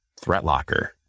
ThreatLocker